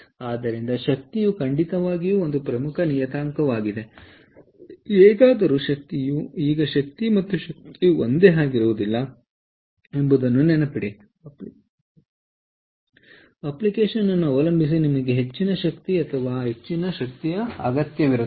ಆದ್ದರಿಂದ ಶಕ್ತಿಯು ಖಂಡಿತವಾಗಿಯೂ ಒಂದು ಪ್ರಮುಖ ನಿಯತಾಂಕವಾಗಿದೆ ಹೇಗಾದರೂ ಶಕ್ತಿಯು ಈಗ ಶಕ್ತಿ ಮತ್ತು ಶಕ್ತಿಯು ಒಂದೇ ಆಗಿಲ್ಲ ಎಂಬುದನ್ನು ನೆನಪಿಡಿ ಅಪ್ಲಿಕೇಶನ್ ಅನ್ನು ಅವಲಂಬಿಸಿ ನಿಮಗೆ ಹೆಚ್ಚಿನ ಶಕ್ತಿ ಅಥವಾ ಹೆಚ್ಚಿನ ಶಕ್ತಿಯ ಅಗತ್ಯವಿರುತ್ತದೆ